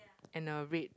and a red